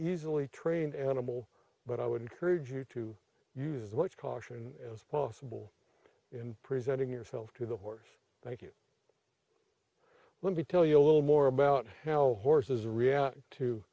easily trained animal but i would encourage you to use as much caution as possible in presenting yourself to the horse thank you let me tell you a little more about how horses